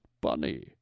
bunny